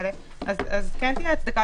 כן תהיה הצדקה,